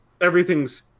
everything's